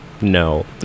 No